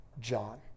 John